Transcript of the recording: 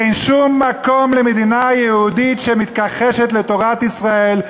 אין שום מקום למדינה יהודית שמתכחשת לתורת ישראל,